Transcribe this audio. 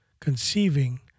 conceiving